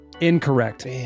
Incorrect